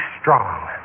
strong